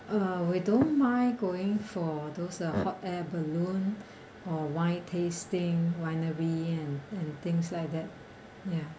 uh we don't mind going for those uh hot air balloon or wine tasting winery and and things like that ya